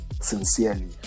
sincerely